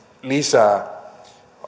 lisää